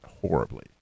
horribly